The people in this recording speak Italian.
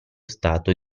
stato